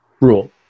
rule